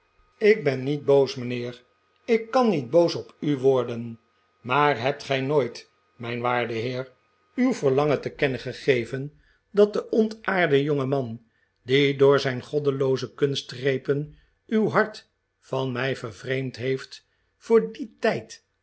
ik ben niet boos mijnheer ik kan niet boos op u worden maar hebt gij nooit mijn waarde heer uw verlangen te kennen gegeven dat de ontaarde jongeman die door zijn goddelooze kunstgrepen uw hart van mij vervreemd heeft voor d i